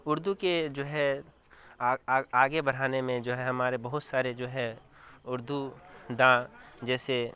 اردو کے جو ہے آ آ آگے بڑھانے میں جو ہے ہمارے بہت سارے جو ہے اردو داں جیسے